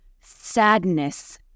sadness